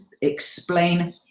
explain